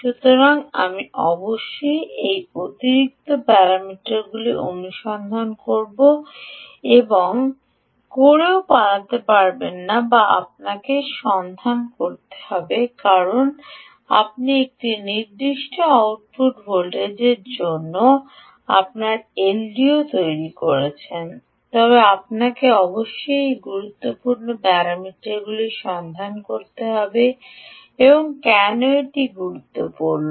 সুতরাং আপনি অবশ্যই এই অতিরিক্ত প্যারামিটারগুলি অনুসন্ধান করেও পালাতে পারবেন না আপনাকে সন্ধান করতে হবে কারণ আপনি একটি নির্দিষ্ট আউটপুট ভোল্টেজের জন্য আপনার এলডিও তৈরি করেছেন তবে আপনাকে অবশ্যই এই গুরুত্বপূর্ণ প্যারামিটারটি সন্ধান করতে হবে এবং কেন এটি গুরুত্বপূর্ণ